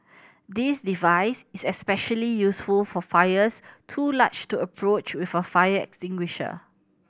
this device is especially useful for fires too large to approach with a fire extinguisher